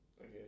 Okay